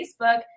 Facebook